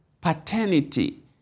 paternity